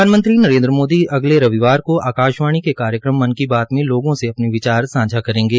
प्रधानमंत्री नरेन्द्र मोदी अगले रविवार को आकाशवाणी के कार्यक्रम मन की बात में लोगों से अपने विचार सांझा करेंगे